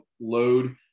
load